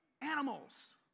animals